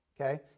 Okay